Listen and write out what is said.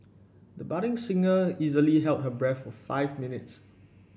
the budding singer easily held her breath for five minutes